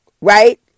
Right